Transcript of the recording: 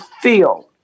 feel